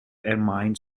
ermine